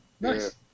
Nice